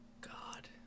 God